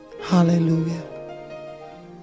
hallelujah